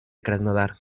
krasnodar